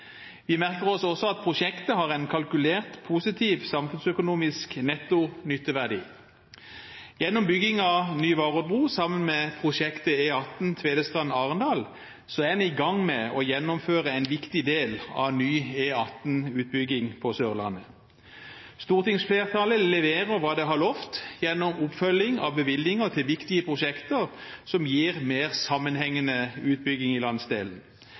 Vi merker oss også at prosjektet har en kalkulert positiv samfunnsøkonomisk netto nytteverdi. Gjennom bygging av ny Varoddbru, sammen med prosjektet E18 Tvedestrand–Arendal, er en i gang med å gjennomføre en viktig del av ny E18-utbygging på Sørlandet. Stortingsflertallet leverer hva det har lovt gjennom oppfølging av bevilgninger til viktige prosjekter som gir mer sammenhengende utbygging i landsdelen.